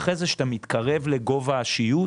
ואחרי זה כשאתה מתקרב לגובה השיוט,